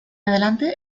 adelante